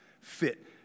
fit